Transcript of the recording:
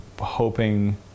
hoping